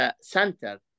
center